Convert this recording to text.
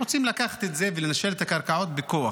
הם רוצים לקחת את זה ולנשל את הקרקעות בכוח.